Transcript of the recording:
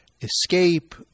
escape